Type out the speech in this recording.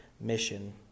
mission